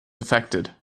affected